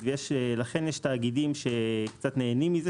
ולכן יש תאגידים שקצת נהנים מזה,